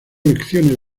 lecciones